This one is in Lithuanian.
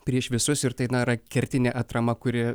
prieš visus ir tai na yra kertinė atrama kuri